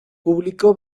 publicó